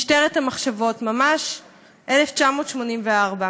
משטרת המחשבות, ממש "1984".